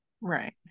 Right